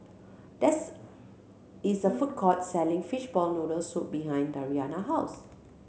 there's is a food court selling fishball noodle soup behind Dariana house